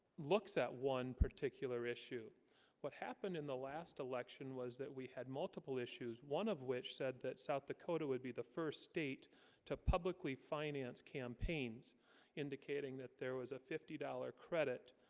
looks at one particular issue what happened in the last election was that we had multiple issues one of which said that south dakota would be the first state to publicly finance campaigns indicating that there was a fifty dollars credit,